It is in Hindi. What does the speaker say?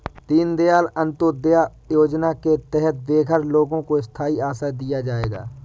दीन दयाल अंत्योदया योजना के तहत बेघर लोगों को स्थाई आश्रय दिया जाएगा